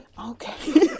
okay